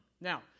Now